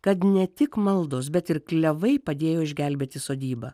kad ne tik maldos bet ir klevai padėjo išgelbėti sodybą